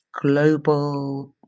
global